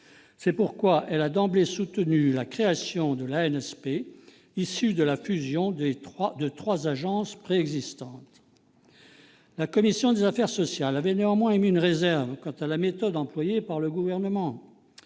C'est pourquoi elle a d'emblée soutenu la création de l'ANSP, issue de la fusion de trois agences préexistantes. La commission des affaires sociales avait néanmoins émis une réserve quant à la méthode employée par le Gouvernement.